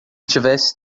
tivesse